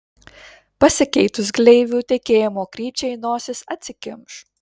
pasikeitus gleivių tekėjimo krypčiai nosis atsikimš